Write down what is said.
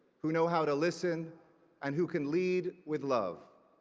who know how to listen and who can lead with love.